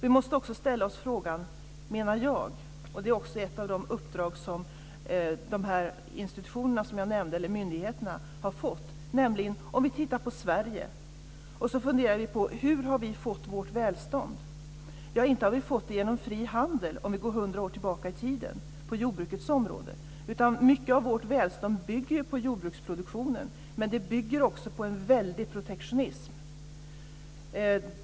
Vi måste också ställa oss frågan - och det är också ett av de uppdrag som de myndigheter som jag nämnde har fått - hur vi i Sverige har fått vårt välstånd. Ja, inte har vi fått det genom fri handel på jordbrukets område, om vi går hundra år tillbaka i tiden, utan mycket av vårt välstånd bygger på jordbruksproduktionen. Men det bygger också på en väldig protektionism.